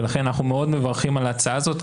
ולכן אנחנו מאוד מברכים על ההצעה הזאת,